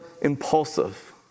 impulsive